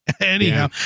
Anyhow